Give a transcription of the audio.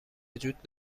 وجود